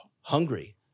hungry